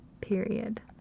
Period